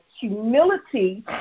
humility